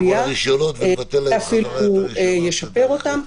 אולי אפילו ישפר אותם.